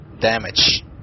damage